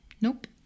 Nope